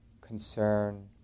concern